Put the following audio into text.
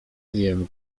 wiem